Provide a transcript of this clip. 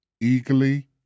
eagerly